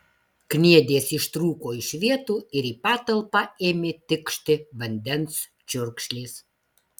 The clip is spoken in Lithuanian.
kniedės ištrūko iš vietų ir į patalpą ėmė tikšti vandens čiurkšlės